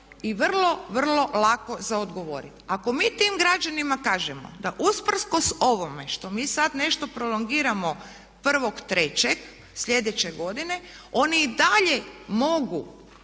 i vrlo, vrlo lako za odgovorit. Ako mi tim građanima kažemo da usprkos ovome što mi sad nešto prolongiramo 1.3. sljedeće godine oni i dalje mogu